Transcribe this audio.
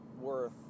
worth